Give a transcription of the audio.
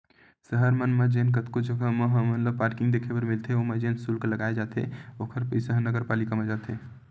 सहर मन म जेन कतको जघा म हमन ल पारकिंग देखे बर मिलथे ओमा जेन सुल्क लगाए जाथे ओखर पइसा ह नगरपालिका म जाथे